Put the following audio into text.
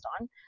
on